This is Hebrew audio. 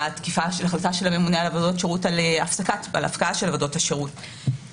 התקיפה של ההחלטה של הממונה על עבודות שירות על הפקעה של עבודות השירות,